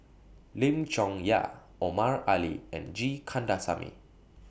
Lim Chong Yah Omar Ali and G Kandasamy